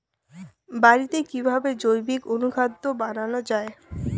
বাড়িতে কিভাবে জৈবিক অনুখাদ্য বানানো যায়?